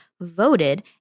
voted